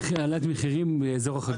הייתה העלאת מחירים באזור החגים.